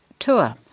tour